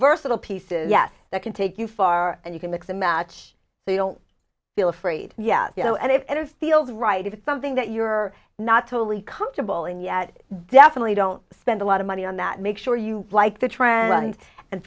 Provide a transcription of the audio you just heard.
versatile pieces yes it can take you far and you can mix and match so you don't feel afraid yet you know and if it feels right if it's something that you're not totally comfortable and yet definitely don't spend a lot of money on that make sure you like the trend